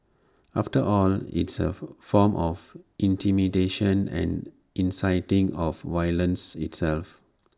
after all it's A form of intimidation and inciting of violence itself